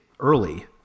Early